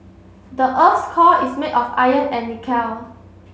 the earth core is made of iron and